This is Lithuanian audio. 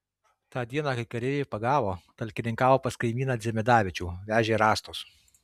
tą dieną kai kareiviai pagavo talkininkavo pas kaimyną dzimidavičių vežė rąstus